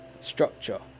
structure